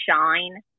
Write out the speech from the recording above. shine